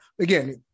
again